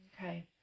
Okay